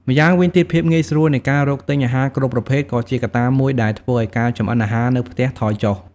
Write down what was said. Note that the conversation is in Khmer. ម្យ៉ាងវិញទៀត ភាពងាយស្រួលនៃការរកទិញអាហារគ្រប់ប្រភេទក៏ជាកត្តាមួយដែលធ្វើឱ្យការចម្អិនអាហារនៅផ្ទះថយចុះ ។